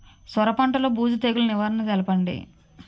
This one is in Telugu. సొర పంటలో బూజు తెగులు నివారణ తెలపండి?